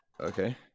okay